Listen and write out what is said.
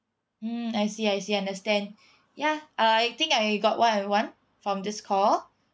mm I see I see understand ya uh I think I got what I want from this call